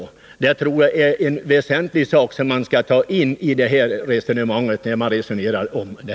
Det tror jag är väsentligt att ta in i resonemanget.